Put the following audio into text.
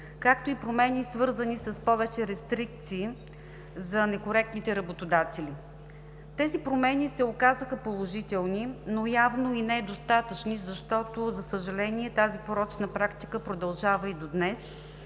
както и промени, свързани с повече рестрикции за некоректните работодатели. Тези промени се оказаха положителни, но явно и недостатъчни, защото, за съжаление, тази порочна практика продължава и до днес